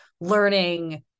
learning